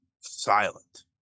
silent